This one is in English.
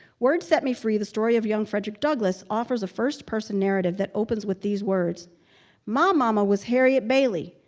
words set me free the story of young frederick douglass, offers a first-person narrative that opens with these words my mama was harriet bailey.